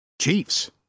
Chiefs